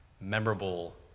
memorable